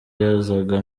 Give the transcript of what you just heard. yazaga